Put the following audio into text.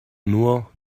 nur